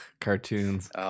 cartoons